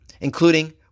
including